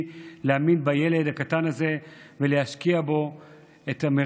להאמין בילד הקטן הזה ולהשקיע את המרב